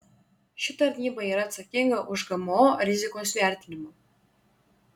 ši tarnyba yra atsakinga už gmo rizikos vertinimą